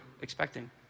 expecting